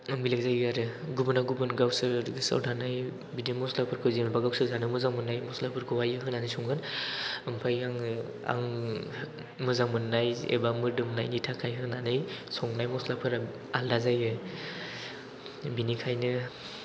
बेलेक जायो आरो गुबुना गुबुन गावसोर गोसोआव थानाय बिदि मस्लाफोरखौ जेनेबा गावसोर जानो मोजां मोननाय मस्लाफोरखौहायो होनानै संगोन ओमफ्रायो आं मोजां मोननाय एबा मोदोमनायनि थाखाय होनानै संनाय मस्लाफोरा आलादा जायो बेनिखायनो